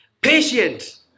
Patient